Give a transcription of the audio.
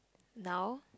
now